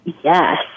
Yes